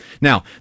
Now